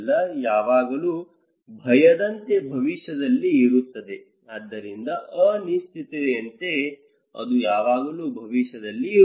ಯಾವಾಗಲೂ ಭಯದಂತೆ ಭವಿಷ್ಯದಲ್ಲಿ ಇರುತ್ತದೆ ಆದ್ದರಿಂದ ಅನಿಶ್ಚಿತತೆಯಂತೆ ಅದು ಯಾವಾಗಲೂ ಭವಿಷ್ಯದಲ್ಲಿ ಇರುತ್ತದೆ